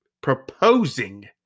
proposing